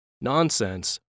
Nonsense